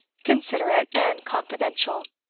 considerate, and confidential.